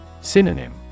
Synonym